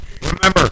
Remember